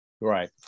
Right